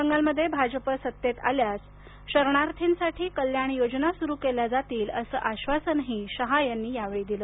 बंगाल मध्ये भाजप सत्तेत आल्यास शरणार्थीसाठी कल्याण योजना सुरू केल्या जातील असं आश्वासनही शहा यांनी दिलं